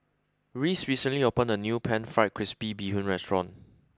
Reece recently opened a new Pan Fried Crispy Bee Hoon restaurant